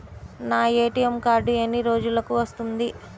నా ATM card ఎన్ని రోజులకు వస్తుంది?